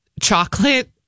Chocolate